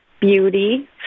beauty